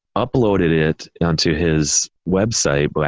uploaded it it onto his website, but